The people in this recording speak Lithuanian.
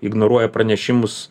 ignoruoja pranešimus